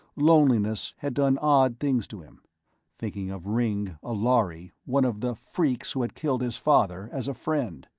loneliness had done odd things to him thinking of ringg, a lhari, one of the freaks who had killed his father, as a friend!